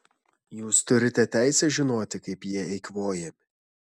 jūs turite teisę žinoti kaip jie eikvojami